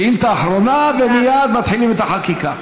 שאילתה אחרונה ומייד מתחילים את החקיקה.